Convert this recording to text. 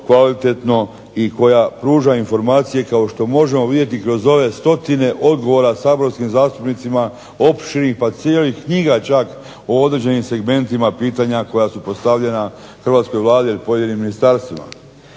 kvalitetno i koja pruža informacije kao što možemo vidjeti kroz ove stotine odgovora saborskim zastupnicima, opširnih, pa cijelih knjiga čak o određenim segmentima pitanja koja su postavljena hrvatskoj Vladi ili pojedinim ministarstvima.